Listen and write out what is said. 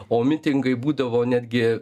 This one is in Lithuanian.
o mitingai būdavo netgi